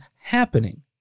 happening